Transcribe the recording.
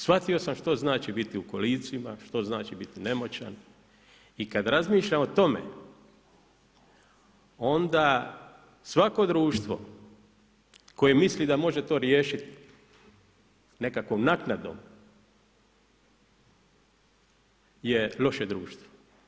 Shvatio sam što to znači biti u kolicima, što znači biti nemoćan i kada razmišljam o tome onda svako društvo koje misli da može to riješiti nekakvom naknadom je loše društvo.